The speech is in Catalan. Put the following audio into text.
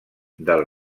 del